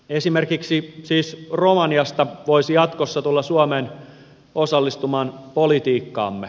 esimerkiksi siis romaniasta voisi jatkossa tulla suomeen osallistumaan politiikkaamme